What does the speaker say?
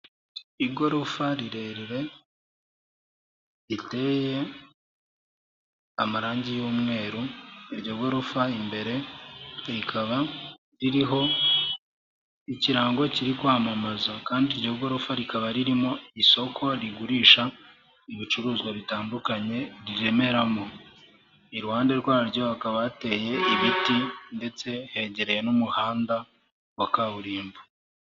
Igorofa rirerire riteye amarangi y'umweru, iryo gorofa imbere rikaba ririho ikirango kiri kwamamaza, kandi iryo gorofa rikaba ririmo isoko rigurisha ibicuruzwa bitandukanye riremeramo. Iruhande rwaryo hakaba hateye ibiti ndetse hegereye n'umuhanda wa kaburimbo.